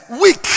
weak